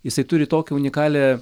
jisai turi tokią unikalią